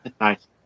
Nice